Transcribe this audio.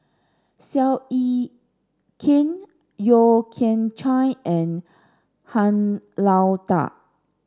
Seow Yit Kin Yeo Kian Chai and Han Lao Da